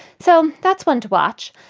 so that's one to watch.